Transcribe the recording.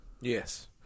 Yes